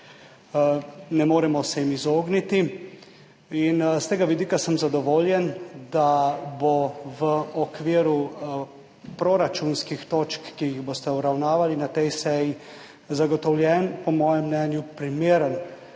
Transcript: Ne moremo se jim izogniti. In s tega vidika sem zadovoljen, da bo v okviru proračunskih točk, ki jih boste obravnavali na tej seji, zagotovljen, po mojem mnenju, primeren